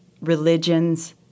religions